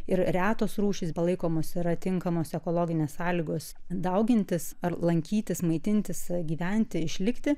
ir retos rūšys palaikomos yra tinkamos ekologinės sąlygos daugintis ar lankytis maitintis gyventi išlikti